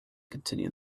continued